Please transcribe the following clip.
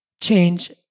change